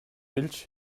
milch